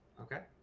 Okay